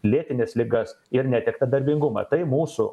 lėtines ligas ir netektą darbingumą tai mūsų